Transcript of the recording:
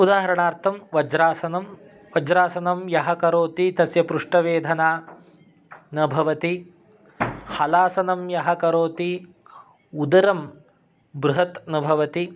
उदाहरणार्तं वज्रासनं वज्रासनं यः करोति तस्य पृष्टवेधना न भवति हलासनं यः करोति उदरं बृहत् न भवति